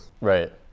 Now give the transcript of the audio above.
Right